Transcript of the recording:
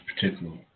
particular